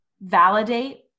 validate